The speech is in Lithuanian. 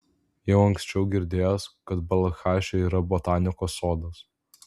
jau anksčiau girdėjęs kad balchaše yra botanikos sodas